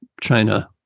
China